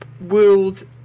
world